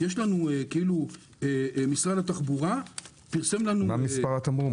מה מספר התמרורים?